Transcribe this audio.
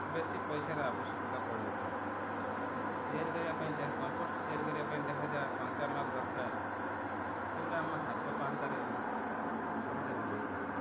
ବେଶି ପଇସାରେ ଆବଶ୍ୟକତା ପଡ଼ିନଥାଏ ତିଆରି କରିବା ପାଇଁ ଯାହା କମ୍ପୋଷ୍ଟ ତିଆରି କରିବା ପାଇଁ ଯାହା ଯାହା କଞ୍ଚାାମଲ ଦରକାର ସେଗୁଡ଼ା ଆମ ହାତ ପାହାନ୍ତାରେ ସହଜରେ ମିଳିଯାଏ